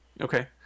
Okay